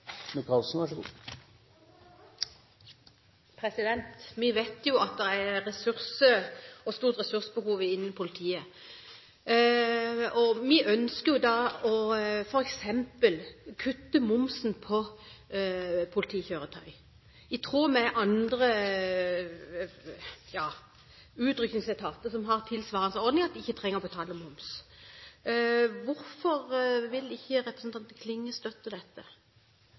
er et stort ressursbehov innen politiet. Vi ønsker da f.eks. å kutte momsen på politikjøretøy, slik at de i tråd med andre utrykningsetater som har tilsvarende ordninger, ikke trenger å betale moms. Hvorfor vil ikke representanten Klinge støtte dette?